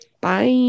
bye